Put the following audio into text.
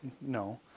No